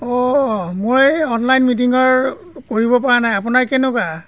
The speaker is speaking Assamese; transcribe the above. অঁ মই এই অনলাইন মিটিঙৰ কৰিবপৰা নাই আপোনাৰ কেনেকুৱা